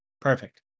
perfect